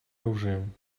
оружием